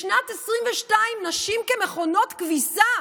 בשנת 2022, נשים "מכונות כביסה",